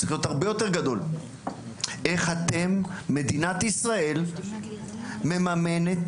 איך מדינת ישראל מממנת